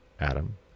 Adam